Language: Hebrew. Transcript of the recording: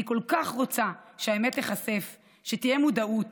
אני כל כך רוצה שהאמת תיחשף, שתהיה מודעות